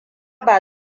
ba